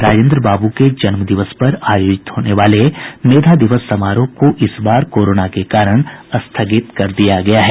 राजेन्द्र बाबू के जन्म दिवस पर आयोजित होने वाले मेधा दिवस समारोह को इस बार कोरोना के कारण स्थगित कर दिया गया है